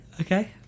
Okay